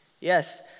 yes